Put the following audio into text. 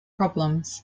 problems